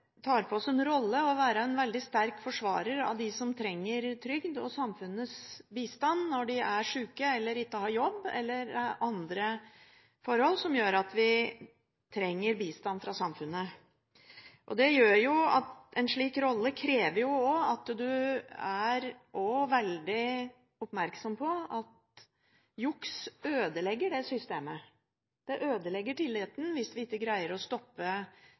tar på oss den rollen å være en veldig sterk forsvarer av dem som trenger trygd og samfunnets bistand når de er syke eller ikke har jobb – eller når det er andre forhold som gjør at de trenger bistand fra samfunnet. En slik rolle krever også at man er veldig oppmerksom på at juks ødelegger dette systemet. Det ødelegger tilliten hvis vi ikke greier å stoppe